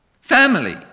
Family